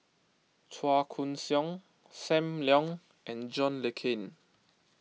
Chua Koon Siong Sam Leong and John Le Cain